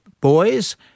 boys